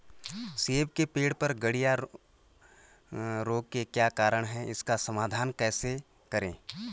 सेब के पेड़ पर गढ़िया रोग के क्या कारण हैं इसका समाधान कैसे करें?